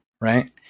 Right